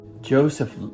Joseph